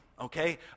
okay